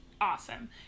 awesome